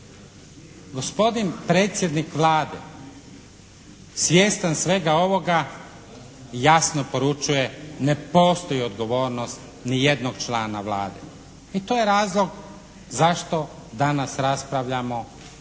Gospodin predsjednik Vlade svjestan svega ovoga jasno poručuje ne postoji odgovornost ni jednog člana Vlade i to je razlog zašto danas raspravljamo o